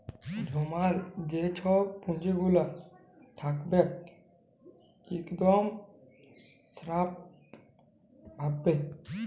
জমাল যে ছব পুঁজিগুলা থ্যাকবেক ইকদম স্যাফ ভাবে